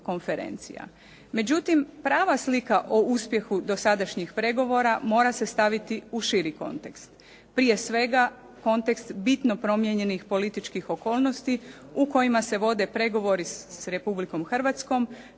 Međutim, prava slika o uspjehu dosadašnjih pregovora mora se staviti u širi kontekst. Prije svega, kontekst bitno promijenjenih političkih okolnosti u kojima se vode pregovori s Republikom Hrvatskom,